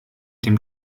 dem